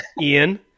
ian